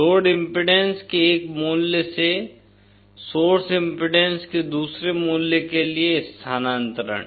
load impedance के एक मूल्य से सोर्स इम्पीडेन्स के दूसरे मूल्य के लिए स्थानांतरण